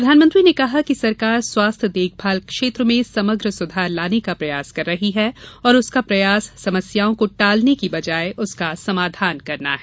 प्रधानमंत्री ने कहा कि सरकार स्वास्थ्य देखभाल क्षेत्र में समग्र सुधार लाने का प्रयास कर रही है और उसका प्रयास समस्याओं को टालने की बजाय उसका समाधान करना है